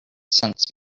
sense